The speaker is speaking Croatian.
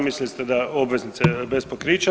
Mislili ste obveznice bez pokrića.